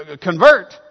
convert